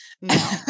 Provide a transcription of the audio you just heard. No